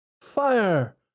fire